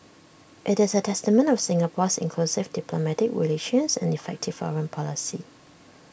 IT is A testament of Singapore's inclusive diplomatic relations and effective foreign policy